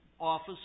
office